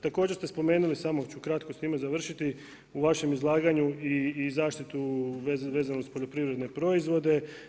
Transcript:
Također ste spomenuli, samo ću kratko s time završiti u vašem izlaganju i zaštitu vezanu uz poljoprivredne proizvode.